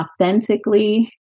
authentically